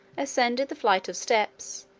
ascended the flight of steps,